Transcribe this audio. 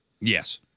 Yes